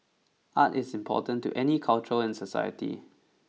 art is important to any culture and society